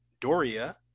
Doria